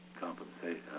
Compensation